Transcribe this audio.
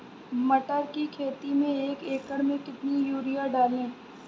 मटर की खेती में एक एकड़ में कितनी यूरिया डालें?